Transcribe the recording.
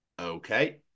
okay